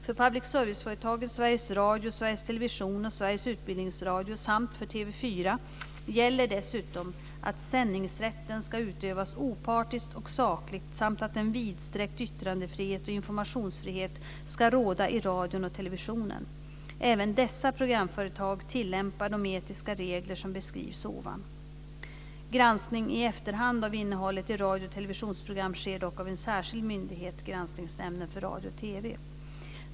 För public service-företagen Sveriges Radio, Sveriges Television och Sveriges Utbildningsradio samt för TV 4 gäller dessutom att sändningsrätten ska utövas opartiskt och sakligt samt att en vidsträckt yttrandefrihet och informationsfrihet ska råda i radion och televisionen. Även dessa programföretag tillämpar de etiska regler som beskrivs ovan. Granskning i efterhand av innehållet i radio och televisionsprogram sker dock av en särskild myndighet, Granskningsnämnden för radio och TV.